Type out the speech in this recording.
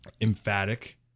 emphatic